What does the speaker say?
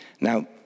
Now